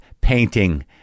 painting